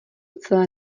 celé